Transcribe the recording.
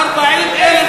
אדוני היושב-ראש,